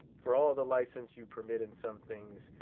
for all the license you permit in some things,